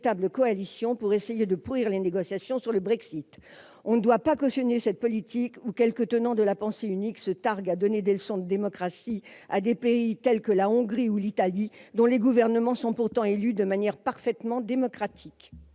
une véritable coalition pour essayer de pourrir les négociations sur le Brexit. On ne doit pas cautionner cette politique où quelques tenants de la pensée unique se targuent de donner des leçons de démocratie à des pays tels que la Hongrie ou l'Italie, dont les gouvernements sont pourtant élus de manière parfaitement démocratique.